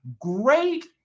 great